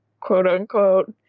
quote-unquote